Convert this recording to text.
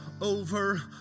over